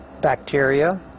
bacteria